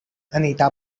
anita